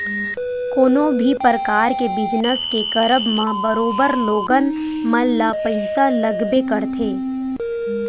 कोनो भी परकार के बिजनस के करब म बरोबर लोगन मन ल पइसा लगबे करथे